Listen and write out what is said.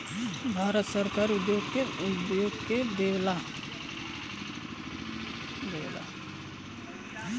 भारत सरकार उद्योग के देवऽला